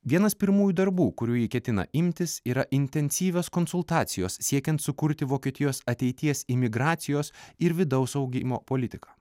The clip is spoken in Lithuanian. vienas pirmųjų darbų kurių ji ketina imtis yra intensyvios konsultacijos siekiant sukurti vokietijos ateities imigracijos ir vidaus augimo politiką